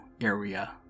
area